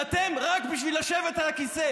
ואתם, רק בשביל לשבת על הכיסא.